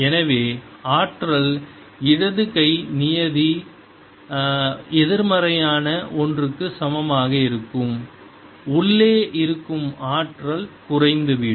எனவே ஆற்றல் இடது கை நியதி எதிர்மறையான ஒன்றுக்கு சமமாக இருக்கும் உள்ளே இருக்கும் ஆற்றல் குறைந்துவிடும்